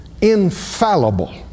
infallible